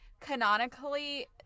canonically